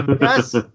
Yes